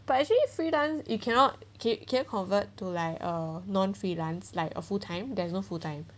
but actually you freelance you cannot keep can convert to like uh non freelance like a full time there's no full time